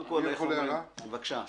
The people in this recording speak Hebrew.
חבר הכנסת ברושי, בבקשה.